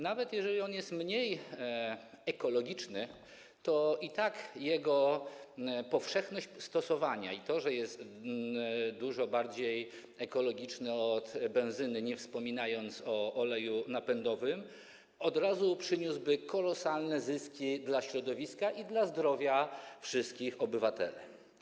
Nawet jeżeli jest on mniej ekologiczny, to i tak jego powszechne zastosowanie - ze względu na to, że jest on dużo bardziej ekologiczny od benzyny, nie wspominając o oleju napędowym - od razu przyniosłoby kolosalne zyski dla środowiska i dla zdrowia wszystkich obywateli.